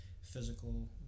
physical